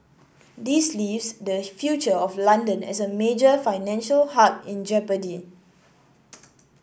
this leaves the future of London as a major financial hub in jeopardy